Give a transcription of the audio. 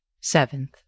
Seventh